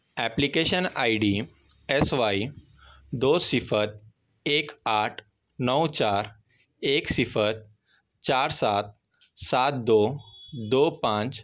application I D S Y دو صفر ایک آٹھ نو چار ایک صفر چار سات سات دو دو پانچ